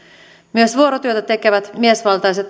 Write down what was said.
myös vuorotyötä tekevät miesvaltaisten